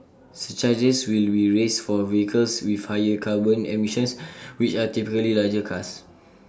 surcharges will be raised for vehicles with higher carbon emissions which are typically larger cars